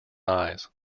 eyes